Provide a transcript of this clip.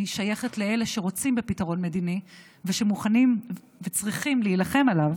אני שייכת לאלה שרוצים בפתרון מדיני ומוכנים וצריכים להילחם עליו,